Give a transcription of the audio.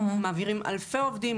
מעבירים אלפי עובדים,